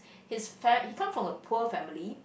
his fa~ he come from a poor family